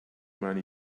many